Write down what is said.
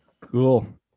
Cool